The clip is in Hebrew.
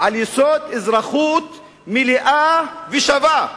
"אזרחות מלאה ושווה".